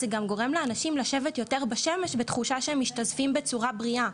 זה גם גורם לאנשים לשבת יותר בשמש בתחושה שהם משתזפים בצורה בריאה,